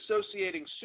associating